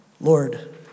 Lord